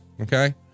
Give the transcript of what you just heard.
Okay